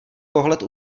pohled